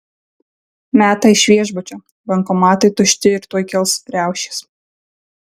meta iš viešbučio bankomatai tušti ir tuoj kils riaušės